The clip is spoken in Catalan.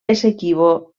essequibo